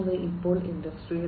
അവ ഇപ്പോൾ ഇൻഡസ്ട്രി 4